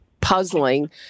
puzzling